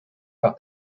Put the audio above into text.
par